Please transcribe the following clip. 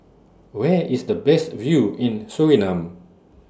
Where IS The Best View in Suriname